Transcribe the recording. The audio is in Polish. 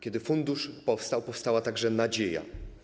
Kiedy fundusz powstał, powstała także nadzieja.